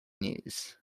nose